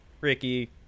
ricky